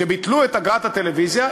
כשביטלו את אגרת הטלוויזיה,